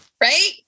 Right